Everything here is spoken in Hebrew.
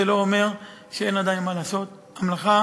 זה לא אומר שאין עדיין מה לעשות, מלאכה